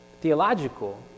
theological